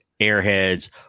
Airheads